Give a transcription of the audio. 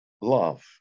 love